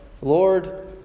Lord